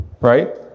Right